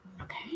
Okay